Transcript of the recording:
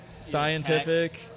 Scientific